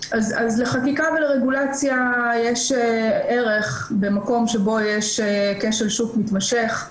לחקיקה ולרגולציה יש ערך במקום שבו יש כשל שוק מתמשך.